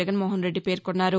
జగన్ మోహన్ రెద్డి పేర్కొన్నారు